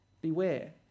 Beware